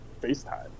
FaceTime